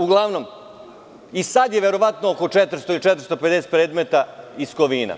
Uglavnom, sada je verovatno oko 400 ili 450 predmeta iz Kovina.